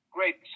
Great